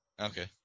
Okay